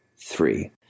three